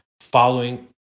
following